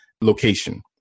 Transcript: location